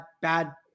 bad